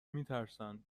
میترسند